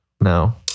No